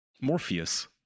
Morpheus